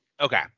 Okay